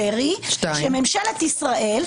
שנייה.